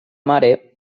mare